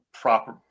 proper